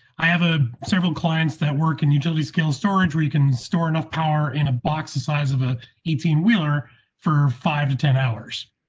i have a several clients that work and utility scale storage where you can store enough power in a box, the size of a eighteen wheeler for five to ten hours.